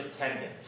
attendance